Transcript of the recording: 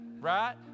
Right